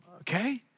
okay